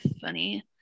funny